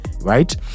right